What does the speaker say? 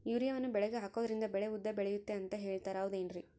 ಯೂರಿಯಾವನ್ನು ಬೆಳೆಗೆ ಹಾಕೋದ್ರಿಂದ ಬೆಳೆ ಉದ್ದ ಬೆಳೆಯುತ್ತೆ ಅಂತ ಹೇಳ್ತಾರ ಹೌದೇನ್ರಿ?